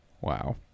Wow